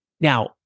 Now